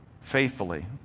faithfully